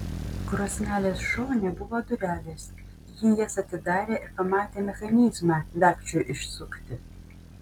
krosnelės šone buvo durelės ji jas atidarė ir pamatė mechanizmą dagčiui išsukti